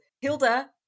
Hilda